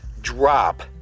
drop